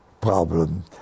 problem